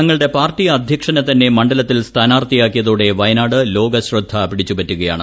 തങ്ങളുടെ പാർട്ടി അദ്ധ്യക്ഷനെ തന്നെ മണ്ഡലത്തിൽ സ്ഥാനാർത്ഥിയാക്കിയതോടെ വയനാട് ലോകശ്രദ്ധ പിടിച്ചു പറ്റുകയാണ്